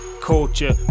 culture